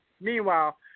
Meanwhile